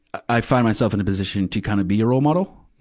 i find myself in a position to kind of be a role model.